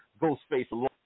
Ghostface